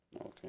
Okay